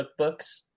cookbooks